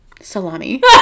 salami